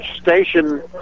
station